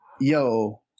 yo